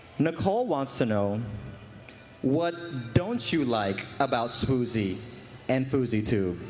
nicole wants to know what don't you like about swoozie and foozie-tube.